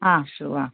ആ ഷൂ ആ